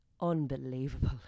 unbelievable